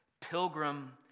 pilgrim